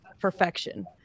perfection